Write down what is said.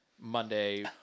Monday